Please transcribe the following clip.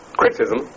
criticism